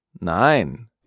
Nein